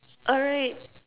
alright